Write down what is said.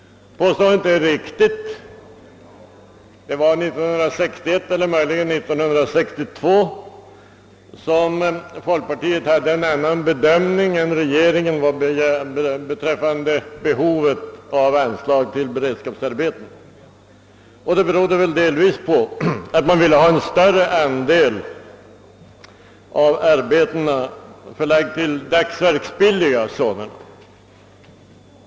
Påståendet är riktigt. 1961, eller möjligen 1962, gjorde folkpartiet en annan bedömning än regeringen beträffande behovet av anslag till beredskapsarbeten. Det berodde väl delvis på att man ville ha en större andel av arbetena förlagd till dagsverksbilliga sådana.